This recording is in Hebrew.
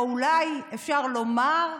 או אולי אפשר לומר,